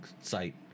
site